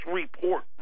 report